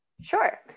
Sure